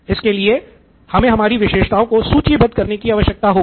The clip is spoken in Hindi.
इस के लिए हमे हमारी विशेषताओं को सूचीबद्ध करने की आवश्यकता होगी